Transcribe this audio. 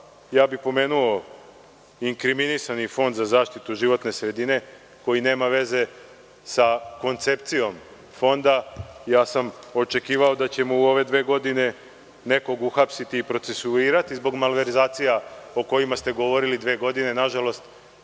pomenuo bih inkriminisani Fond za zaštitu životne sredine koji nema veze sa koncepcijom Fonda. Očekivao sam da ćemo u ove dve godine uhapsiti nekog i procesuirati zbog malverzacija o kojima ste govorili dve godine. Nažalost